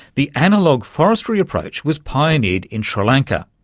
the analogue forestry approach was pioneered in sri lanka,